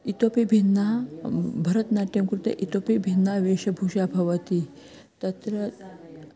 इतोपि भिन्नं भरतनाट्यं कृते इतोपि भिन्ना वेशभूषा भवति तत्र